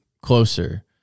closer